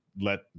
let